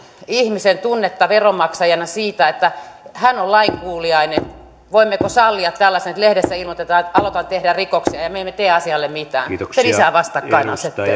ihmisen tunnetta veronmaksajana niin että hän olisi lainkuuliainen voimmeko sallia tällaisen että lehdessä ilmoitetaan että aletaan tehdä rikoksia ja ja me emme tee asialle mitään se lisää vastakkainasettelua